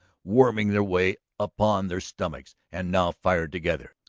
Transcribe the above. worming their way upon their stomachs, and now fired together.